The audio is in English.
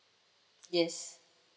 yes